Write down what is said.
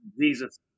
Jesus